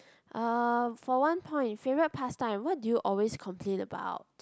um for one point favourite pastime what do you always complain about